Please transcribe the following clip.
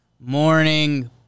morning